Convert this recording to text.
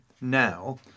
now